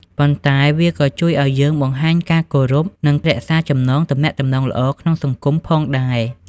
ប៉ុន្តែវាក៏ជួយឱ្យយើងបង្ហាញការគោរព និងរក្សាចំណងទំនាក់ទំនងល្អក្នុងសង្គមផងដែរ។